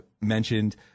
mentioned